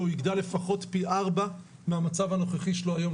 הוא יגדל לפחות פי ארבעה מהמצב הנוכחי שלו היום,